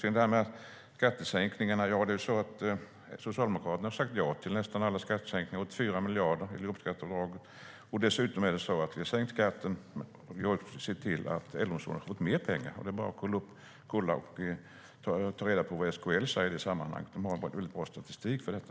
När det gäller skattesänkningarna har Socialdemokraterna sagt ja till nästan alla skattesänkningar - 84 miljarder i fråga om jobbskatteavdrag. Vi har sänkt skatten och sett till att äldreomsorgen har fått mer pengar. Det är bara att ta reda på vad SKL säger i sammanhanget. De har en mycket bra statistik för detta.